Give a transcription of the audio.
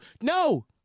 No